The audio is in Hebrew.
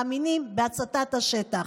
מאמינים בהצתת השטח.